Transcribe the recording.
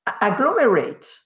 agglomerate